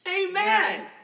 Amen